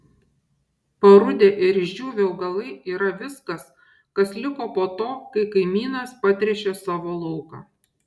parudę ir išdžiūvę augalai yra viskas kas liko po to kai kaimynas patręšė savo lauką